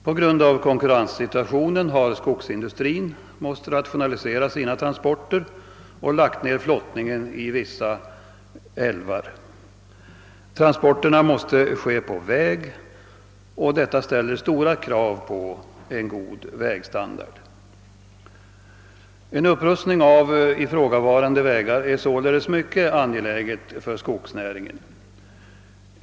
På grund av konkurrenssituationen har skogsindustrin varit tvungen att rationalisera sina transporter och har lagt ned flottningen i vissa älvar. Transporterna måste i stället genomföras på väg, vilket ställer stora krav på en god vägstandard. En upprustning av ifrågavarande vägar är således mycket angelägen för skogsnäringen.